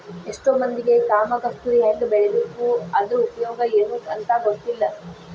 ಎಷ್ಟೋ ಮಂದಿಗೆ ಕಾಮ ಕಸ್ತೂರಿ ಹೆಂಗ ಬೆಳಿಬೇಕು ಅದ್ರ ಉಪಯೋಗ ಎನೂ ಅಂತಾ ಗೊತ್ತಿಲ್ಲ